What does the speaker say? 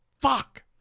Fuck